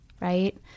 right